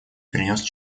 принес